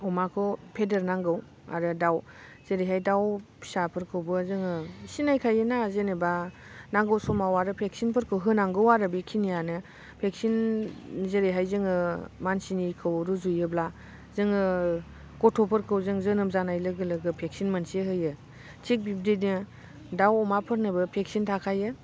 अमाखौ फेदेरनांगौ आरो दाउ जेरैहाय दाउ फिसाफोरखौबो जोङो सिनायखायो ना जेनोबा नांगौ समाव आरो भेकसिनफोरखौ होनांगौ आरो बे खिनियानो भेकसिन जेरैहाय जोङो मानसिनिखौ रुजुयोब्ला जोङो गथ'फोरखौ जों जोनोम जानाय लोगो लोगो भेकसिन मोनसे होयो थिक बिबदिनो दाउ अमाफोरनोबो भेकसिन थाखायो